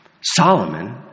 Solomon